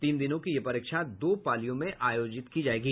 तीन दिनों की यह परीक्षा दो पालियों में आयोजित की जायेगी